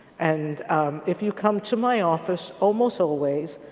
and if you come to my office, almost always,